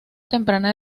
temprana